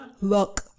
Look